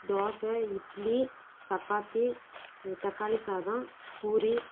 தோசை இட்லி சப்பாத்தி தக்காளி சாதம் பூரி